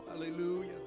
hallelujah